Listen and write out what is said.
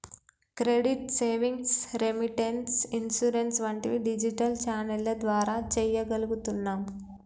credit, savings, remittance, insurance వంటివి digital ఛానెల్ల ద్వారా చెయ్యగలుగుతున్నాం